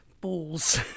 balls